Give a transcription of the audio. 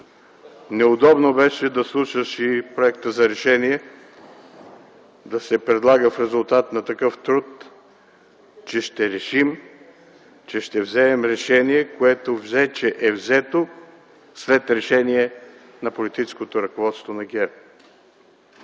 Неудобно беше да слушаш и проекта за решение да се предлага в резултат на такъв труд, че ще решим, че ще вземем решение, което вече е взето след решение на политическото ръководство на ГЕРБ.